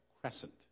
Crescent